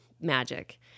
magic